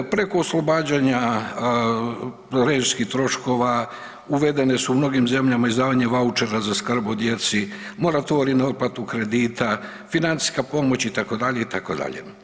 Preko oslobađanja režijskih troškova uvedene su u mnogim zemljama izdavanje vaučera za skrb o djeci, moratorij na otplatu kredita, financijska pomoć itd., itd.